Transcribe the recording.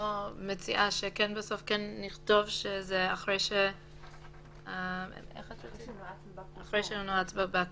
נועה מציעה שבסוף נכתוב שזה "אחרי שהוא נועץ בבא-כוחו".